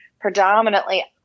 predominantly